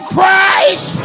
Christ